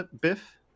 Biff